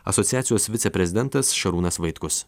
asociacijos viceprezidentas šarūnas vaitkus